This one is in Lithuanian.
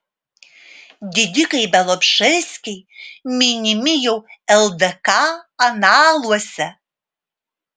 didikai bialobžeskiai minimi jau ldk analuose